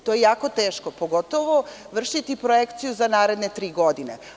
To je jako teško, pogotovo vršiti projekciju za naredne tri godine.